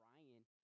Ryan